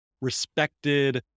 respected